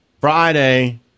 Friday